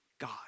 God